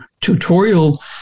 tutorial